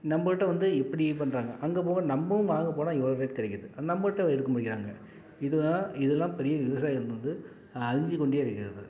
நம்பள்கிட்ட வந்து இப்படி பண்ணுறாங்க அங்கே போனால் நம்பளும் வாங்க போனால் ஏழுருவாய்க்கி கிடைக்கிது நம்பள்கிட்ட எடுக்க மாட்டேங்கிறாங்க இதெலாம் இதெல்லாம் பெரிய விவசாயம்ன்றது அழிஞ்சிக்கொண்டே வருகிறது